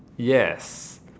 yes